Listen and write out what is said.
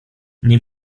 nie